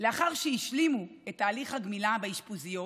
לאחר שהשלימו את תהליך הגמילה באשפוזיות